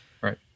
Right